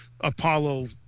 apollo